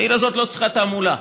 העיר הזאת לא צריכה תעמולה,